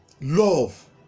Love